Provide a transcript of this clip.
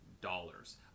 dollars